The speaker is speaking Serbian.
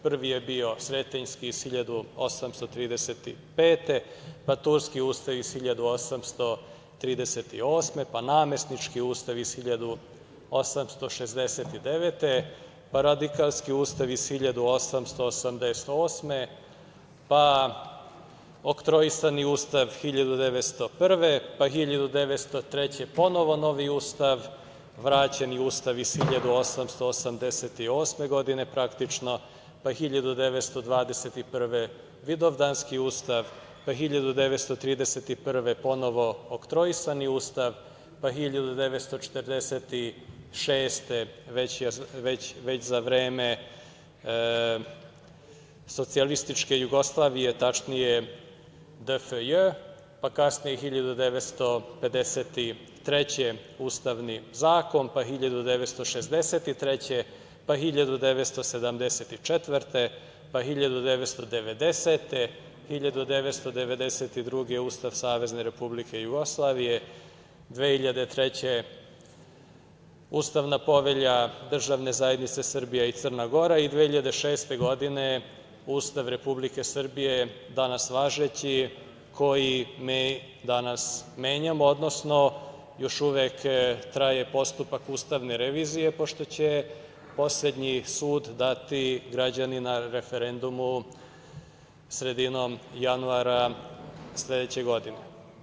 Prvi je bio Sretenjski iz 1835. godine, pa Turski ustav iz 1838. godine, pa Namesnički ustav 1869. godine, pa Radikalski ustav 1888. godine, pa Oktroisani ustav 1901. godine, pa 1903. godine ponovo novi Ustav, vraćeni Ustav iz 1888. godine, pa 1921. godine Vidovdanski ustav, pa 1931. godine ponovo Oktroisani ustav, pa 1946. godine, već za vreme Socijalističke Jugoslavije, tačnije DFJ, pa kasnije 1953. godine Ustavni zakon, pa 1963. godine, pa 1947. godine, pa 1990. godine, 1992. godine Ustav Savezne Republike Jugoslavije, 2003. godine Ustavna povelja državne zajednice Srbije i Crna Gora i 2006. godine Ustav Republike Srbije, danas važeći, koji mi danas menjamo, odnosno još uvek traje postupak ustavne revizije, pošto će poslednji sud dati građani na referendumu sredinom Januara sledeće godine.